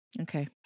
Okay